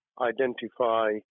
identify